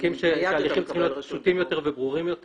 שהליכים צריכים להיות פשוטים וברורים יותר